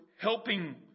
helping